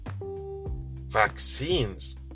vaccines